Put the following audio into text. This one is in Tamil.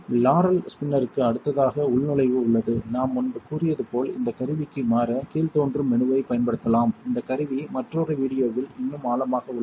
லாரெல் ஸ்பின்னருக்கு அடுத்ததாக உள்நுழைவு உள்ளது நான் முன்பு கூறியது போல் இந்த கருவிக்கு மாற கீழ்தோன்றும் மெனுவைப் பயன்படுத்தலாம் இந்த கருவி மற்றொரு வீடியோவில் இன்னும் ஆழமாக உள்ளது